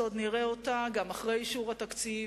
שעוד נראה אותה גם אחרי אישור התקציב,